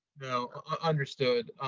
no, understood.